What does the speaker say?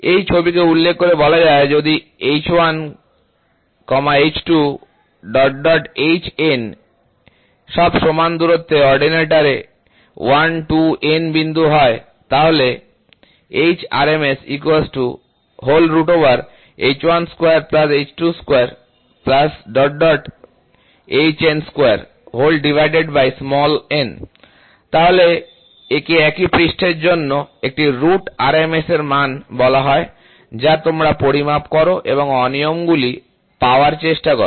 এই ছবিকে উল্লেখ করে বলা যায় যদি h1h2hn সব সমান দূরত্বে অর্ডিনেটে 1 2 n বিন্দু হয় তাহলে তাহলে একে একই পৃষ্ঠের জন্য একটি রুট আরএমএস মান বলা হয় যা তোমরা পরিমাপ করো এবং অনিয়মগুলি পাওয়ার চেষ্টা করো